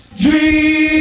Dream